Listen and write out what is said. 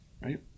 right